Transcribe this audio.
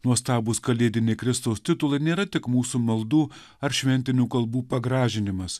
nuostabūs kalėdiniai kristaus titulai nėra tik mūsų maldų ar šventinių kalbų pagražinimas